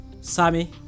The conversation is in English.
Sammy